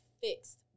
fixed